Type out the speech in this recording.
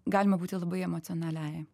galima būti labai emocionaliai